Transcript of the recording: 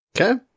okay